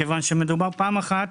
מכיוון שמדובר פעם אחת,